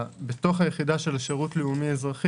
בתוך היחידה של השירות הלאומי-אזרחי